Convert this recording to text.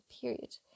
period